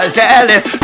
jealous